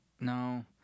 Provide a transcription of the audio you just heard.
No